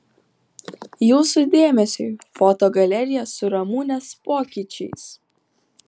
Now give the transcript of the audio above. jūsų dėmesiui foto galerija su ramunės pokyčiais